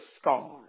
scars